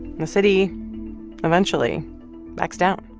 and the city eventually backs down.